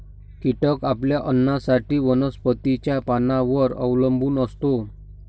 कीटक आपल्या अन्नासाठी वनस्पतींच्या पानांवर अवलंबून असतो